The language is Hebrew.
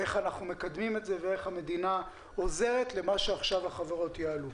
איך אנחנו מקדמים את זה ואיך המדינה עוזרת למה שעכשיו החברות יעלו.